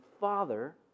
Father